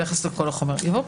ביחס לכל החומר.